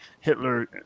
Hitler